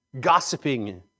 gossiping